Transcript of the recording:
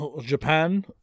Japan